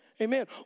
Amen